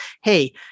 hey